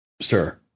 sir